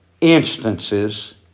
instances